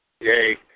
Yay